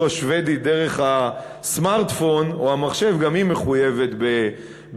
השבדית דרך הסמארטפון או דרך המחשב גם היא מחויבת באגרה.